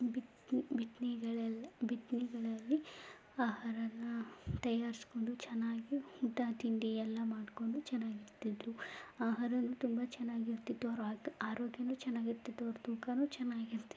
ಬಿತ್ನೆ ಬಿತ್ನೆಗಳೆಲ್ಲ ಬಿತ್ನೆಗಳಲ್ಲಿ ಆಹಾರನ ತಯಾರಿಸ್ಕೊಂಡು ಚೆನ್ನಾಗಿ ಊಟ ತಿಂಡಿಯೆಲ್ಲ ಮಾಡಿಕೊಂಡು ಚೆನ್ನಾಗಿರ್ತಿದ್ರು ಆಹಾರವೂ ತುಂಬ ಚೆನ್ನಾಗಿರ್ತಿತ್ತು ಅವ್ರು ಆಗ ಆರೋಗ್ಯವೂ ಚೆನ್ನಾಗಿರ್ತಿತ್ತು ಅವ್ರು ತೂಕವೂ ಚೆನ್ನಾಗಿರ್ತಿತ್ತು